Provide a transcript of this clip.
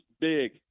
big